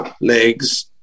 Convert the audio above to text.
legs